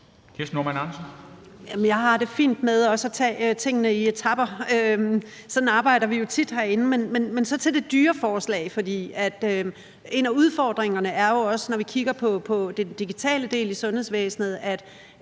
Jeg har det også fint med at tage tingene i etaper. Sådan arbejder vi jo tit herinde. Men så kommer jeg til det dyre forslag. For en af udfordringerne er jo også, når vi kigger på den digitale del i sundhedsvæsenet,